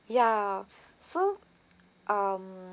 ya so um